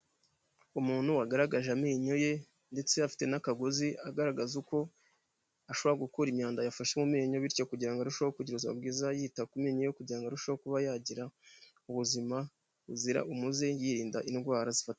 Umuntu wagaragaje amenyo ye ndetse afite n'akagozi agaragaza uko ashobora gukura imyanda yafashe mu menyo bityo kugira ngo arusheho kugira ubuzima bwiza yita ku menyo kugirango ngo arusheho kuba yagira ubuzima buzira umuze yirinda indwara zifata.